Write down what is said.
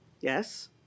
Yes